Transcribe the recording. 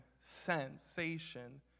sensation